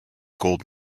gold